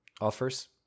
offers